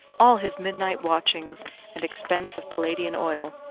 all his midnight watchings and expense of palladian oil,